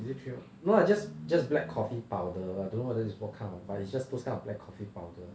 is it three in no lah just just black coffee powder I don't know whether it is what kind of but it's just those kind of black coffee powder